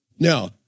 Now